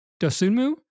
Dosunmu